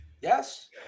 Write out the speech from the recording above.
Yes